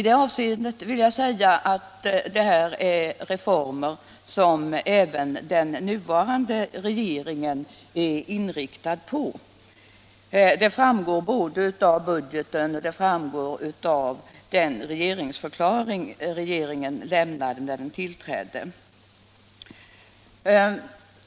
Detta är reformer som även den nuvarande regeringen är inriktad på — det framgår både av budgeten och av den regeringsförklaring som regeringen avgav när den tillträdde.